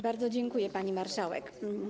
Bardzo dziękuję, pani marszałek.